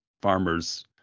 farmers